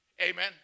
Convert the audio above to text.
Amen